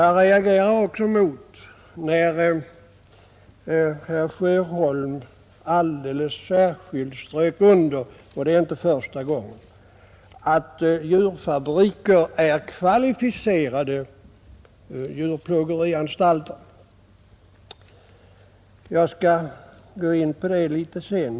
Jag reagerade också mot att herr Sjöholm alldeles särskilt underströk — det är inte första gången — att djurfabriker är kvalificerade djurplågerianstalter. Jag skall gå in närmare på det sedan.